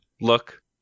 look